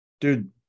Dude